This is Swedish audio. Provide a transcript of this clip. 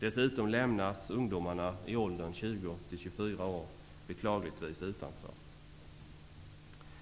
Dessutom lämnas ungdomarna i åldrarna 20--24 år beklagligtvis utanför.